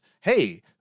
hey